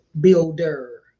Builder